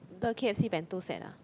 the k_f_c bento set ah